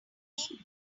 using